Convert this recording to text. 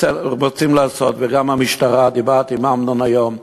רוצים לעשות, וגם המשטרה, דיברתי עם אמנון היום,